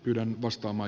yhden ostama